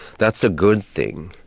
that's a good thing.